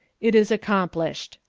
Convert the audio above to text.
it is accomplished,